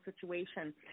situation